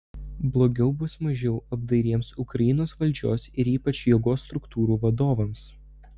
blogiau bus mažiau apdairiems ukrainos valdžios ir ypač jėgos struktūrų vadovams